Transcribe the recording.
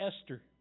Esther